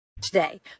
Today